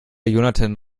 jonathan